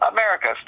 America